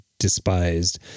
despised